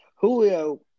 Julio